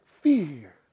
fear